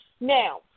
Now